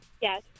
Yes